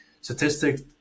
statistics